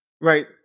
Right